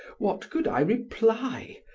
what could i reply?